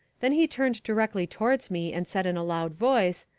then he turned directly towards me and said in a loud voice,